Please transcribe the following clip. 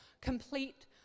complete